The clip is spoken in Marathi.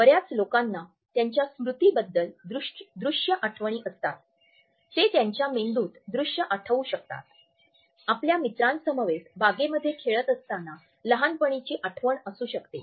बर्याच लोकांना त्यांच्या स्मृतीबद्दल दृश्य आठवणी असतात ते त्यांच्या मेंदूत दृश्य आठवू शकतात आपल्या मित्रांसमवेत बागेमध्ये खेळत असताना लहानपणीची आठवण असू शकते